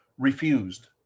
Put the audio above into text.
Refused